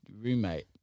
roommate